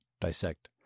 dissect